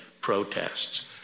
protests